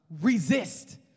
Resist